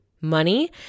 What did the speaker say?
money